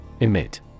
Emit